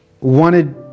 wanted